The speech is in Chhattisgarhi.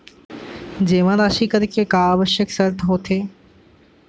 जेमा राशि करे के का आवश्यक शर्त होथे?